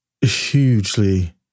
hugely